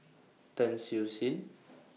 Tan Siew Sin